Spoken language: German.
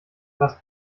was